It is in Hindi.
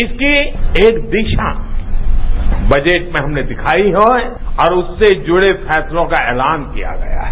इसकी एक दिशा बजट में हमनें दिखाई है और उससे जुड़ फैसलों का ऐलान किया गया है